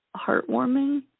heartwarming